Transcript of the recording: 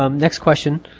um next question.